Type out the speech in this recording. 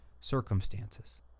circumstances